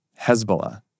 Hezbollah